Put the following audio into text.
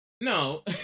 No